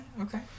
okay